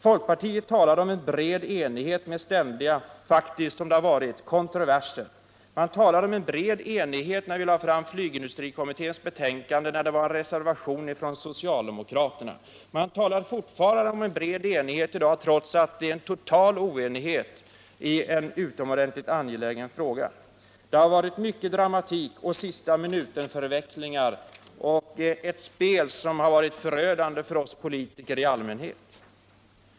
Folkpartiet talar om en bred enighet, men det har faktiskt varit ständiga kontroverser. Man talade om en bred enighet när vi lade fram flygindustrikommitténs betänkande, då det fanns en reservation från socialdemokraterna. Man talar fortfarande om en bred enighet, trots att det råder total oenighet i en utomordentligt angelägen fråga. Här har varit mycken dramatik och många sista-minuten-förvecklingar i ett spel som har varit förödande för oss politiker i allmänhet.